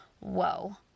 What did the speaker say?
whoa